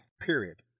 period